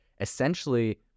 essentially